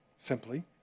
Simply